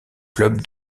club